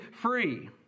free